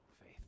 faith